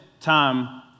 time